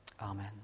Amen